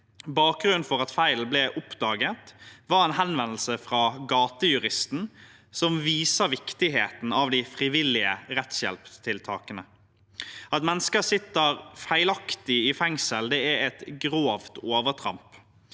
Bakgrunnen for at feilen ble oppdaget, var en henvendelse fra Gatejuristen, som viser viktigheten av de frivillige rettshjelptiltakene. At mennesker sitter feilaktig i fengsel, er et grovt overtramp.